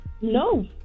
No